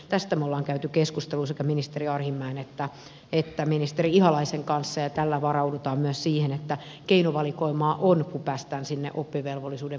tästä me olemme käyneet keskustelua sekä ministeri arhinmäen että ministeri ihalaisen kanssa ja tällä varaudutaan myös siihen että keinovalikoimaa on kun päästään sinne oppivelvollisuuden pidentämisen puolelle